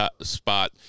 spot